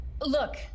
look